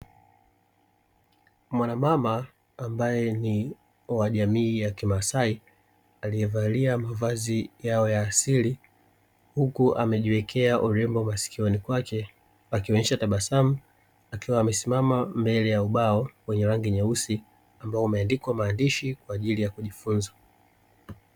Mwanamama ambaye ni wa jamii ya kimasai aliyevalia mavazi yao ya asili huku amejiwekea urembo masikioni kwake, akionyesha tabasamu, akiwa amesimama mbele ya ubao wenye rangi nyeusi ambao umeandikwa maandishi kwa ajili ya kujifunza.